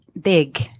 big